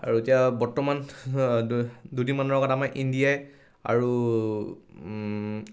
আৰু এতিয়া বৰ্তমান দুদিন মানৰ আগত আমাৰ ইণ্ডিয়াই আৰু